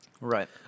Right